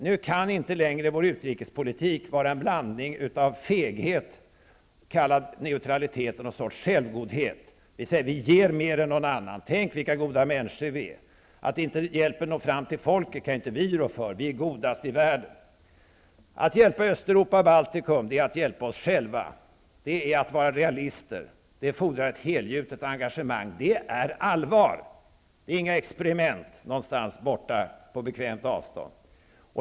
Nu kan inte längre vår utrikespolitik vara en blandning av feghet, kallad neutralitet, och någon sorts självgodhet. Vi säger: Vi ger mer än någon annan -- tänk vilka goda människor vi är! Att inte hjälpen når fram till folket, kan ju inte vi rå för. Vi är godast i världen. Att hjälpa Östeuropa och Baltikum är att hjälpa oss själva. Det är att vara realister. Det fordrar ett helgjutet engagemang. Det är allvar, inga experiment någonstans på bekvämt avstånd.